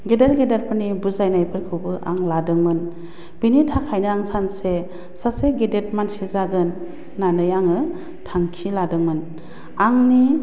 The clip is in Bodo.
गेदेर गेदेरफोरनि बुजायनायफोरखौबो आं लादोंमोन बेनि थाखायनो आं सानसे सासे गेदेद मानसि जागोन होन्नानै आङो थांखि लादोंमोन आंनि